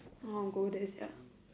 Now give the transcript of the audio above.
I want to go there sia